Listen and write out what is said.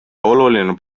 oluline